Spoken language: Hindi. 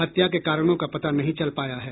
हत्या के कारणों का पता नहीं चल पाया है